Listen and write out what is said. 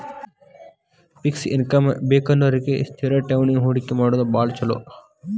fix income ಬೇಕನ್ನೋರಿಗಿ ಸ್ಥಿರ ಠೇವಣಿ ಹೂಡಕಿ ಮಾಡೋದ್ ಭಾಳ್ ಚೊಲೋ